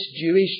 Jewish